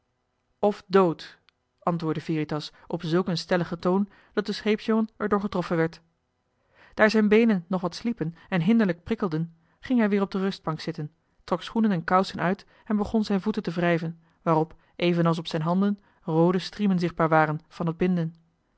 dood antwoordde veritas op zulk een joh h been paddeltje de scheepsjongen van michiel de ruijter stelligen toon dat de scheepsjongen er door getroffen werd daar zijn beenen nog wat sliepen en hinderlijk prikkelden ging hij weer op de rustbank zitten trok schoenen en kousen uit en begon zijn voeten te wrijven waarop evenals op zijn handen roode striemen zichtbaar waren van het binden